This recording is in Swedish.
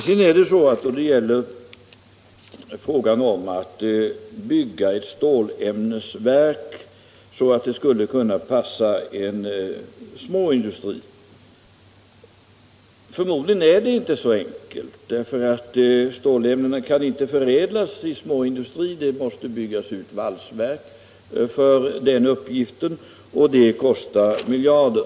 Sedan gäller det frågan om att bygga ett stålämnesverk så att det skulle passa för småindustrier. Det är förmodligen inte så enkelt, därför att stålämnena kan inte förädlas i småindustri. Det måste byggas ut valsverk för den uppgiften, och det kostar miljarder.